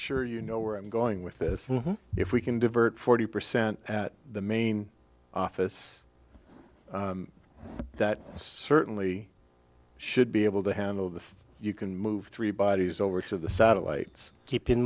sure you know where i'm going with this if we can divert forty percent at the main office that certainly should be able to handle that you can move three bodies over to the satellites keep in